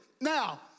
Now